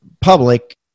public